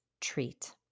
treat